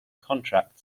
contract